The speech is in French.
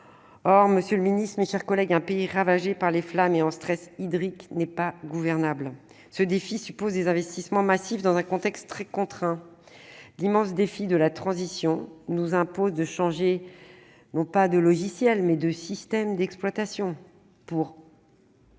Or, monsieur le ministre, mes chers collègues, un pays ravagé par les flammes et en stress hydrique n'est pas gouvernable. Ce défi suppose donc des investissements massifs, dans un contexte très contraint. L'immense défi de la transition écologique nous impose de changer non pas de logiciel, mais de système d'exploitation pour